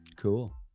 cool